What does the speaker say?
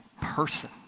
person